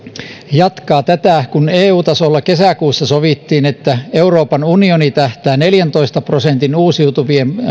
jatkaa tätä kun eu tasolla kesäkuussa sovittiin että euroopan unioni tähtää neljäntoista prosentin uusiutuvien